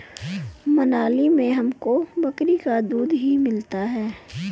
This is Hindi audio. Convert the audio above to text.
मनाली में हमको बकरी का दूध ही मिलता था